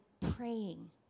praying